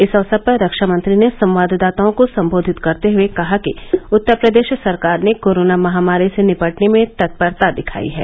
इस अवसर पर रक्षामंत्री ने संवाददाताओं को सम्बोधित करते हुए कहा कि उत्तर प्रदेश सरकार ने कोरोना महामारी से निपटने में तत्परता दिखाई है